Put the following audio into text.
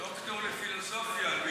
דוקטור לפילוסופיה.